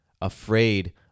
afraid